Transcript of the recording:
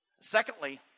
Secondly